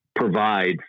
provide